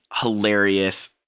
hilarious